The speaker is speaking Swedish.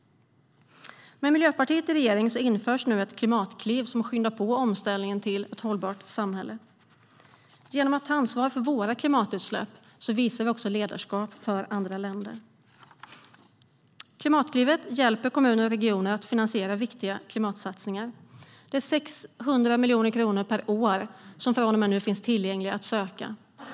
Med Miljöpartiet i regeringen införs nu ett klimatkliv som skyndar på omställningen till ett hållbart samhälle. Genom att ta ansvar för våra klimatutsläpp visar vi också ledarskap för andra länder. Klimatklivet hjälper kommuner och regioner att finansiera viktiga klimatsatsningar. Det är 600 miljoner kronor per år som från och med nu finns tillgängliga att söka.